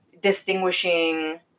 distinguishing